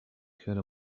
could